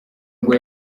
ngo